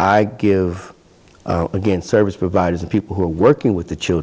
i give again service providers and people who are working with the chil